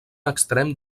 extrem